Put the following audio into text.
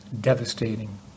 devastating